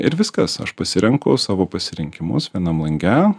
ir viskas aš pasirenku savo pasirinkimus vienam lange